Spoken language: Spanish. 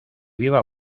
viva